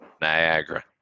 Niagara